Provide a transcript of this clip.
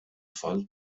tfal